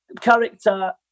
character